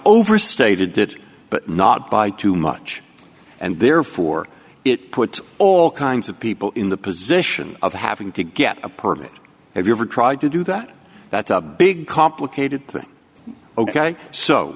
stated it but not by too much and therefore it puts all kinds of people in the position of having to get a permit have you ever tried to do that that's a big complicated thing ok so